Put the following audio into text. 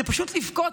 זה פשוט לבכות,